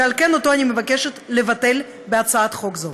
ועל כן, אותו אני מבקשת לבטל בהצעת חוק זו.